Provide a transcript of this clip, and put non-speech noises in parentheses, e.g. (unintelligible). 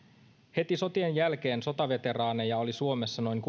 heti sotien jälkeen sotaveteraaneja oli suomessa noin (unintelligible)